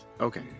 Okay